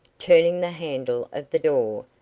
turning the handle of the door,